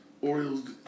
Orioles